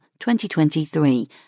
2023